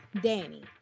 Danny